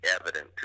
evident